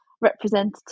representative